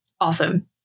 Awesome